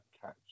catch